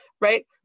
Right